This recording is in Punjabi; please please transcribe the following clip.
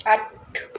ਅੱਠ